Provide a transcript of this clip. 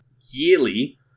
Yearly